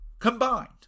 combined